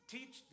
Teach